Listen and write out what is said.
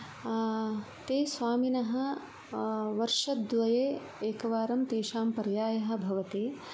ते स्वामिनः वर्षद्वये एकवारं तेषां पर्यायः भवति